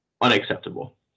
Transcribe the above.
unacceptable